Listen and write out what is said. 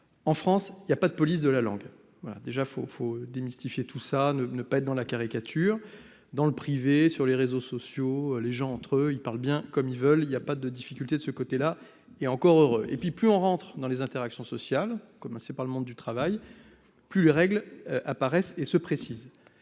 en France, il y a pas de police, de la langue, voilà déjà faut faut démystifier tout ça ne ne pas être dans la caricature dans le privé, sur les réseaux sociaux, les gens entre eux ils parlent bien comme ils veulent, il y a pas de difficulté de ce côté-là et encore heureux, et puis plus on rentre dans les interactions sociales comme c'est pas le monde du travail plus règle apparaissent et se précise